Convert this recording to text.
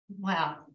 Wow